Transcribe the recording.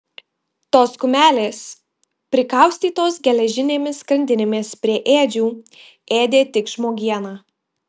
tos kumelės prikaustytos geležinėmis grandinėmis prie ėdžių ėdė tik žmogieną